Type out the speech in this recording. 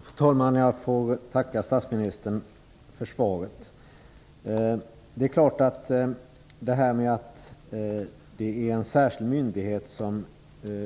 Fru talman! Jag får tacka statsministern för svaret. Frågan gäller alltså den särskilda myndighet som